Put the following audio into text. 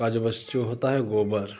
काज बस जो होता है वो गोबर